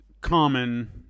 common